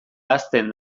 ahazten